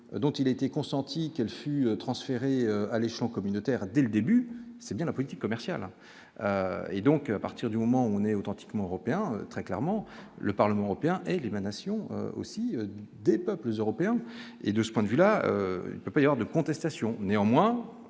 dont il a été consenti qu'elle fut transféré à l'échelon communautaire dès le début, c'est bien la politique commerciale et donc à partir du moment où on est authentiquement européen très clairement, le Parlement européen est l'émanation aussi des peuples européens. Et de ce point de vue là le payeur de contestation, néanmoins,